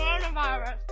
coronavirus